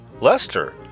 Lester